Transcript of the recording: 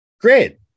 Great